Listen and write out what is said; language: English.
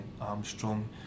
Armstrong